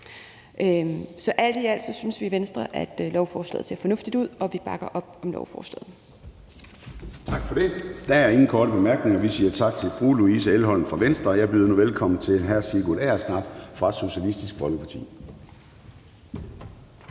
Alt i alt synes vi i Venstre, at lovforslaget ser fornuftigt ud, og vi bakker op om lovforslaget. Kl. 10:47 Formanden (Søren Gade): Tak for det. Der er ingen korte bemærkninger. Vi siger tak til fru Louise Elholm fra Venstre, og jeg byder nu velkommen til hr. Sigurd Agersnap fra Socialistisk Folkeparti.